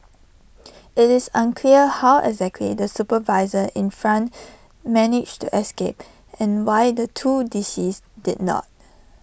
IT is unclear how exactly the supervisor in front managed to escape and why the two deceased did not